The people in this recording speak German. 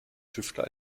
tüftler